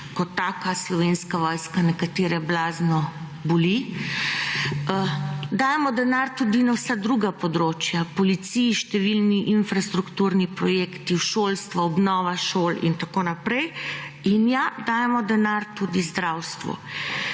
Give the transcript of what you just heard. kot taka Slovenska vojska nekatere blazno boli. Damo denar tudi na vsa druga področja, policiji, številni infrastrukturni projekti, v šolstvo, obnova šol in tako naprej, in ja, dajemo denar tudi zdravstvu.